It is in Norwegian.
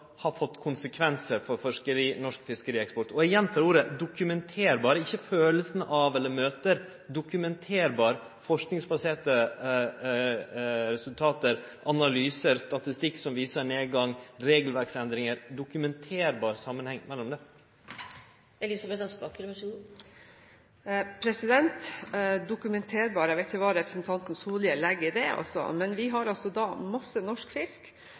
har fått konsekvensar for norsk fiskerieksport? Eg gjentek ordet «dokumenterbare» – ikkje «følelsen av», eller «møter» – men dokumenterbare, forskingsbaserte resultat, analysar eller statistikk som viser nedgang, regelverksendringar; altså ein dokumenterbar samanheng mellom dei? Dokumenterbar – jeg vet ikke hva representanten Solhjell legger i det – men vi har altså masse norsk fisk